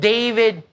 David